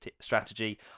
strategy